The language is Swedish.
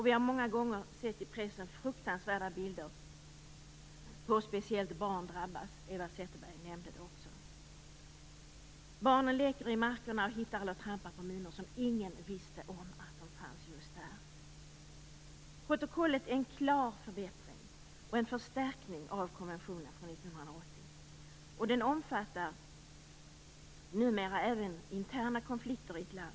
Vi har många gånger i pressen sett fruktansvärda bilder på hur speciellt barn drabbas - också Eva Zetterberg nämnde detta - när de leker i markerna och hittar eller trampar på minor som ingen visst fanns just där. Protokollet är en klar förbättring och en förstärkning av konventionen från 1980. Den omfattar numera även interna konflikter i ett land.